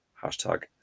hashtag